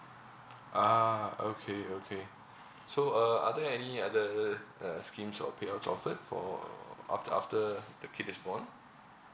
ah okay okay so uh are there any other uh schemes or payouts offered for after after the kid is born